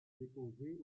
déposés